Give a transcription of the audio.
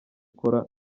ukora